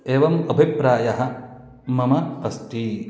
एवम् अभिप्रायः मम अस्ति